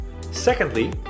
Secondly